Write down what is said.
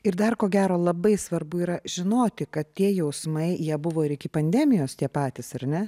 ir dar ko gero labai svarbu yra žinoti kad tie jausmai jie buvo ir iki pandemijos tie patys ar ne